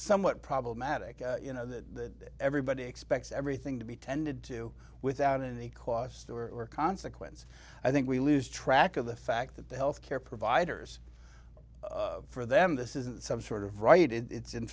somewhat problematic you know that everybody expects everything to be tended to without any cost or consequence i think we lose track of the fact that the health care providers for them this isn't some sort of right it's in